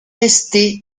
testé